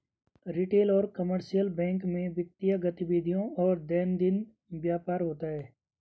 retail और commercial bank में वित्तीय गतिविधियों और दैनंदिन व्यापार होता है